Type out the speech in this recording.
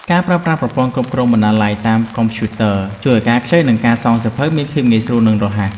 ការប្រើប្រាស់ប្រព័ន្ធគ្រប់គ្រងបណ្ណាល័យតាមកុំព្យូទ័រជួយឱ្យការខ្ចី និងសងសៀវភៅមានភាពងាយស្រួលនិងរហ័ស។